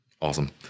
Awesome